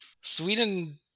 Sweden